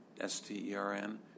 S-T-E-R-N